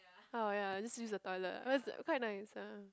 orh ya just use the toilet ah cause quite nice ya